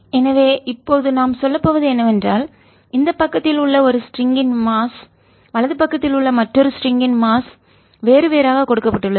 எனவே இப்போது நாம் சொல்லப்போவது என்னவென்றால் இந்த பக்கத்தில் உள்ள ஒரு ஸ்ட்ரிங்க்கின் மாஸ் நிறை வலது பக்கத்தில் உள்ள மற்றொரு ஸ்ட்ரிங்க்கின் மாஸ் நிறை வேறு வேறு ஆக கொடுக்கப்பட்டுள்ளது